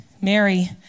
Mary